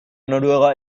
noruega